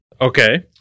Okay